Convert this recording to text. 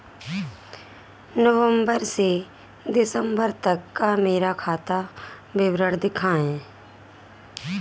नवंबर से दिसंबर तक का मेरा खाता विवरण दिखाएं?